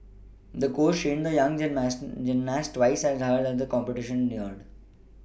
the coach trained the young gymnast twice as hard as the competition neared